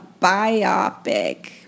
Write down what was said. biopic